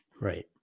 Right